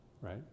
right